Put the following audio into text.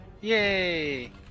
Yay